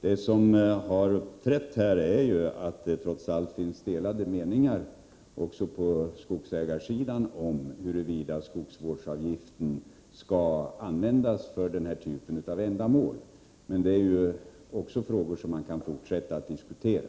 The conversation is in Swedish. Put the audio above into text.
Det som har inträffat här är att det trots allt finns delade meningar också på skogsägarsidan huruvida skogsvårdsavgiften skall användas för dessa ändamål. Men det är frågor som vi kan fortsätta att diskutera.